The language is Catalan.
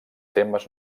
temes